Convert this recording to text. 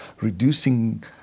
reducing